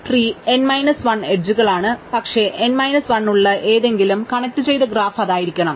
tree n minus 1 എഡ്ജുകളാണ് പക്ഷേ n minus 1 ഉള്ള ഏതെങ്കിലും കണക്റ്റുചെയ്ത ഗ്രാഫ് അത് ആയിരിക്കണം